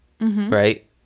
right